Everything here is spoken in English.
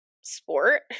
sport